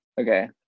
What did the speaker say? Okay